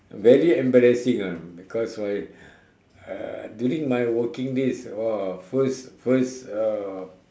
very embarrassing ah because why uh during my working days !wah! first first uh